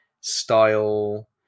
style